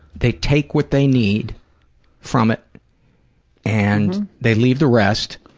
they take what they need from it and they leave the rest,